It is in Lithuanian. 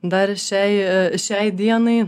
dar šiai šiai dienai